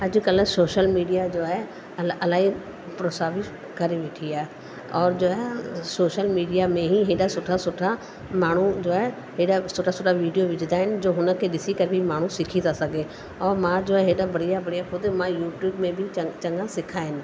अॼुकल्ह social media जो आहे अल इलाही प्रोत्साहित करे वेठी आहे और जो आहे सोशल मीडिया में ही हेॾा सुठा सुठा माण्हूअ जो आहे हेॾा सुठा सुठा वीडियो विझंदा आहिनि जो हुनखे ॾिसी करे बि माण्हू सिखी थो सघे ऐं मां जो आहे हेॾा बढ़िया बढ़िया ख़ुदि मां यूट्यूब में बि चङ चङा सिखिया आहिनि